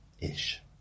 Ish